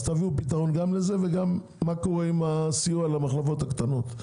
אז תביאו פתרון גם לזה וגם מה קורה עם הסיוע למחלבות הקטנות.